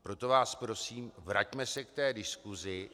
Proto vás prosím, vraťme se k té diskusi.